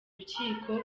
urukiko